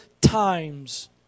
times